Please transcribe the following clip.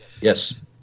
Yes